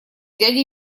дяде